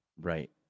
Right